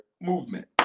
movement